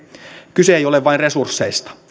kyse ei ole vain resursseista